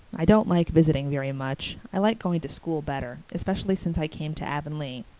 i don't like visiting very much. i like going to school better, especially since i came to avonlea.